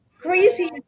crazy